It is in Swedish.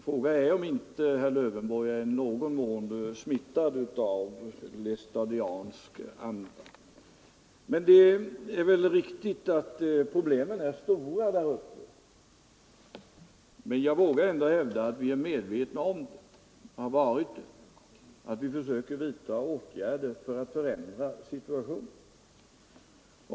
Frågan är om inte herr Lövenborg är i någon mån smittad av laestadiansk anda. Men det är väl riktigt att problemen är stora där uppe. Jag vågar emellertid ändå hävda att vi är och har varit medvetna om det och att vi försöker vidta åtgärder för att förändra situationen.